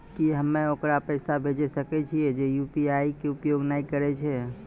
की हम्मय ओकरा पैसा भेजै सकय छियै जे यु.पी.आई के उपयोग नए करे छै?